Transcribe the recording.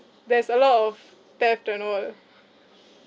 there's a lot of theft and all